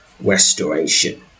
restoration